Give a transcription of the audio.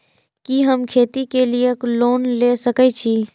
कि हम खेती के लिऐ लोन ले सके छी?